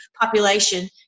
population